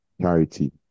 charity